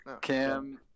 Cam